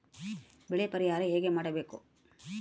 ಬೆಳೆ ಪರಿಹಾರ ಹೇಗೆ ಪಡಿಬೇಕು?